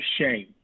shame